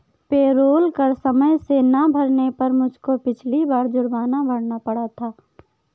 payroll कर समय से ना भरने पर मुझको पिछली बार जुर्माना भरना पड़ा था